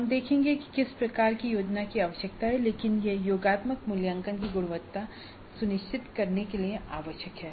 हम देखेंगे कि किस प्रकार की योजना की आवश्यकता है लेकिन यह योगात्मक मूल्यांकन की गुणवत्ता सुनिश्चित करने के लिए आवश्यक है